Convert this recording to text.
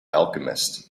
alchemist